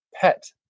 pet